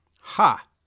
Ha